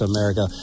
America